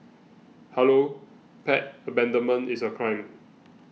hello pet abandonment is a crime